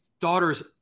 daughter's